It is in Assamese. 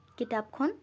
কিতাপখন